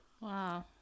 Wow